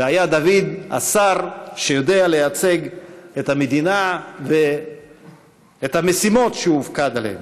והיה דוד השר שיודע לייצג את המדינה ואת המשימות שהוא הופקד עליהן.